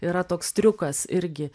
yra toks triukas irgi